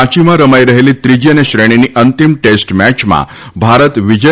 રાંચીમાં રમાઇ રહેલી ત્રીજી અને શ્રેણીની અંતિમ ટેસ્ટ મેચમાં ભારત વિજય